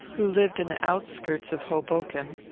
who lived in the outskirts of hoboken,